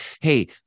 hey